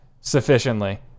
sufficiently